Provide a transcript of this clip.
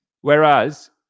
Whereas